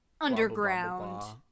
Underground